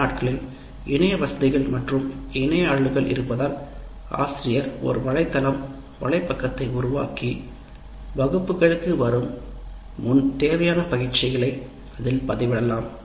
இந்த நாட்களில் இணைய வசதிகள் மற்றும் இணைய அணுகல் இருப்பதால் ஆசிரியர் ஒரு வலைத்தளம் வலைப்பக்கத்தை உருவாக்கி வகுப்புகளுக்கு வரும் முன் தேவையான பயிற்சிகளை அதில் பதிவிடலாம்